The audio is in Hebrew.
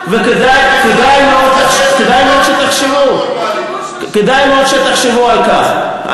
כדאי מאוד שתחשבו על כך,